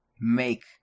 make